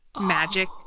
magic